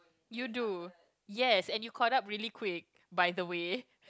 you do yes and you caught up really quick by the way